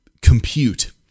compute